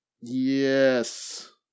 Yes